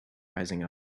rising